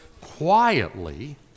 quietly